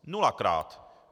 Nulakrát.